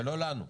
ולא לנו.